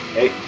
Hey